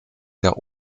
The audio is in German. der